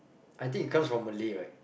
I think it comes from Malay right